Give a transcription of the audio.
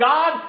God